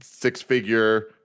six-figure